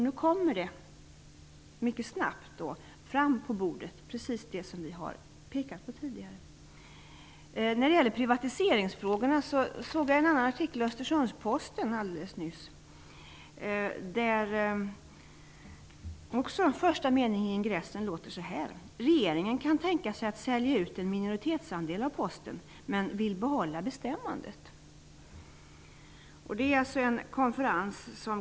Nu kommer precis det som vi har pekat på tidigare mycket snabbt fram på bordet. Jag såg en annan artikel i Östersunds Posten alldeles nyss som gällde privatiseringsfrågorna. Första meningen i ingressen låter så här: ''Regeringen kan tänka sig att sälja ut en minoritetsandel av Posten, men vill behålla bestämmandet.''